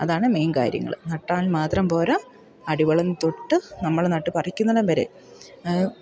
അതാണ് മെയിൻ കാര്യങ്ങൾ നട്ടാൽ മാത്രം പോരാ അടിവളം തൊട്ട് നമ്മൾ നട്ട് പറിക്കുന്നിടം വരെ